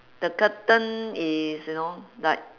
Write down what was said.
the curtain is you know like